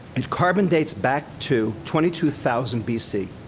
it carbon-dates back to twenty two thousand bc.